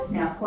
Now